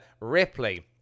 Ripley